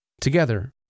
Together